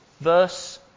Verse